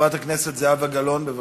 חברת הכנסת זהבה גלאון, בבקשה.